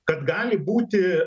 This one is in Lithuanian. kad gali būti